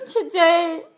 today